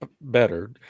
better